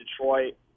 Detroit